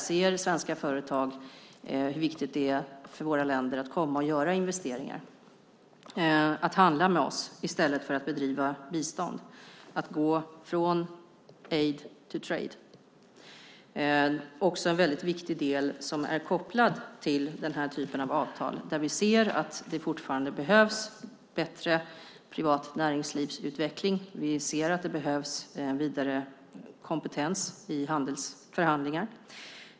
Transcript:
Ser svenska företag hur viktigt det är för våra länder att man kommer och gör investeringar och handlar med oss i stället för att bedriva bistånd - att gå från aid to trade? Det är också en viktig del som är kopplad till denna typ av avtal där vi ser att det fortfarande behövs en bättre privat näringslivsutveckling. Vi ser att det behövs vidare kompetens i förhandlingar.